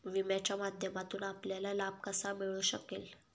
विम्याच्या माध्यमातून आपल्याला लाभ कसा मिळू शकेल?